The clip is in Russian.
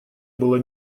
было